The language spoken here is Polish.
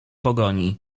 pogoni